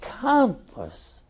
countless